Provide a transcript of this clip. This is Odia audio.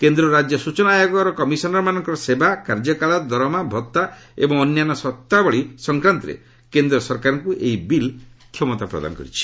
କେନ୍ଦ୍ର ଓ ରାଜ୍ୟ ସୂଚନା ଆୟୋଗର କମିଶନ୍ମାନଙ୍କର ସେବା କାର୍ଯ୍ୟକାଳ ଦରମା ଭତ୍ତା ଏବଂ ଅନ୍ୟାନ୍ୟ ସର୍ଭାବଳୀ ସଂକ୍ରାନ୍ତରେ କେନ୍ଦ୍ର ସରକାରଙ୍କୁ କ୍ଷମତା ପ୍ରଦାନ କରିବ